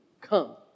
come